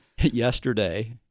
Yesterday